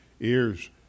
ears